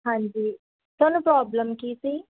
ਹਾਂਜੀ ਤੁਹਾਨੂੰ ਪ੍ਰੋਬਲਮ ਕੀ ਸੀ